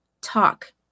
talk